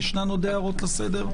בבקשה.